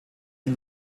die